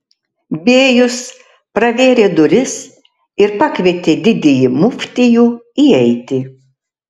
bėjus pravėrė duris ir pakvietė didįjį muftijų įeiti